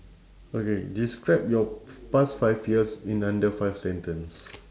okay describe your f~ past five years in under five sentence